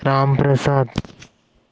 Ramprasad